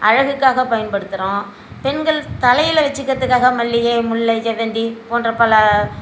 அழகுக்காக பயன்படுத்துகிறோம் பெண்கள் தலையில் வச்சிக்கிறதுக்காக மல்லிகை முல்லை செவ்வந்தி போன்ற பல